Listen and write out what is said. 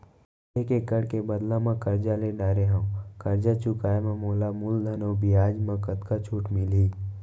एक एक्कड़ के बदला म करजा ले डारे हव, करजा चुकाए म मोला मूलधन अऊ बियाज म कतका छूट मिलही?